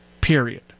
period